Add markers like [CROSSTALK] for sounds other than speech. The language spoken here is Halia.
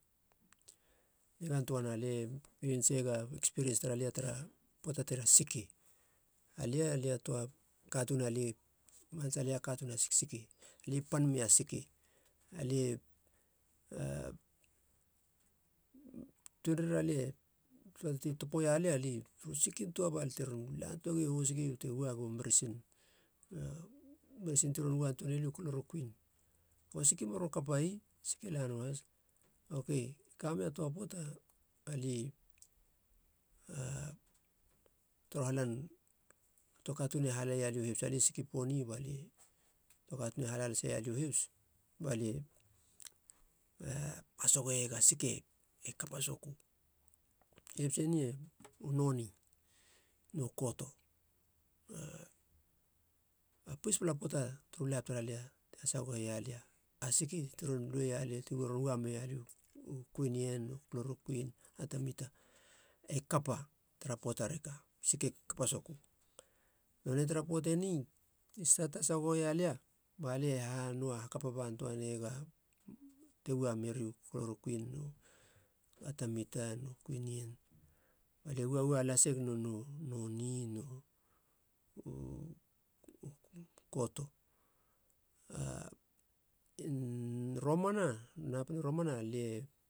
Nigan toana lie ngilin sega ekspiriens tara lia tara poata tara siki. Alia lia toa atuun alie, manasa lia katuun a siksiki. Lie pan meia siki, alie a tuenre ralie, poata ti topoia lia, lie ron sikin töa balia te ron lann töagi hosiki bate ueg u meresin, a meresin te ron uan toani lia u klorokuin kaba siki maron kapai siki e la nöa has. Oke kameia töa pöata alie [HESITATION] torohalan töa katuun e haleia u hebs. Alie siki poni balie töa katuun e hala laseia la hebs balia te hasagohe iega sike kapa sokö. Hebs enie [NOISE] u noni no kato a pespla poata turu laip tara lia ti hasagohe ialia a siki ti ron ua mei lia u kuinien nu klorokuin no atamita e kapa tara poata reka, siki kapa sokö. Nonei tara pöate ni ti stat hasagoho ialia balie hanoa hakapa ban töa naiega te ua meri a klorokuin no atamita no kuinien, balia ua ua lasig nonei u noni no u koto, [HESITATION] a romana napin romana lie